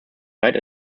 died